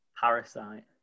Parasite